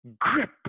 grip